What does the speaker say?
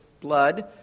blood